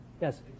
Yes